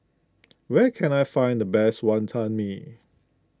where can I find the best Wantan Mee